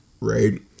right